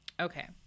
Okay